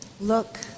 look